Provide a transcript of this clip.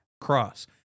cross